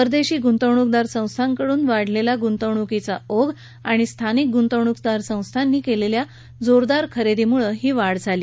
परदेशी गुंतवणूकदार संस्थांकडून वाढलेला गुंतवणूकीचा ओघ आणि स्थानिक गुंतवणूकदार संस्थांनी केलेल्या जोरदार खरेदीमुळे ही वाढ झाली